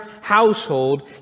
household